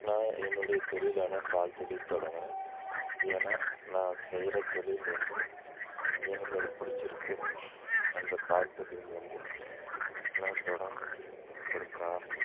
நான் என்னுடைய தொழிலான பால் தொழில் தொடங்கினேன் ஏன்னால் நான் செய்கிற தொழில் வந்து எனக்கு அது பிடிச்சிருக்கு அந்த பால் தொழில் வந்து நான் தொடங்க ஒரு காரணம்